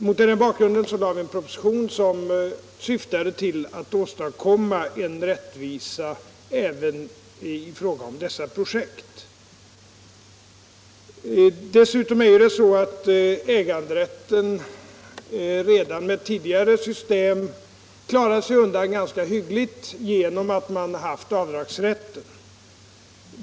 Mot den bakgrunden lade vi en proposition som syftade till att åstadkomma en rättvisa även i fråga om dessa projekt. Dessutom klarar sig äganderätten redan med tidigare system undan ganska hyggligt genom att man har haft avdragsrätten.